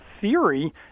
theory